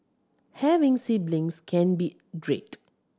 having siblings can be great